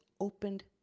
opened